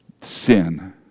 sin